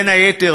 בין היתר,